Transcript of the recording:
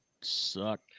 suck